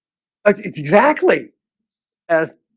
like it's exactly as